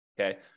okay